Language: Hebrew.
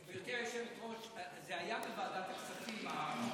גברתי היושבת-ראש, זה היה בוועדת הכספים,